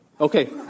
Okay